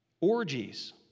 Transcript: orgies